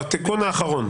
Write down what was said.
התיקון האחרון.